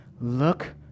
look